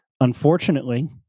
unfortunately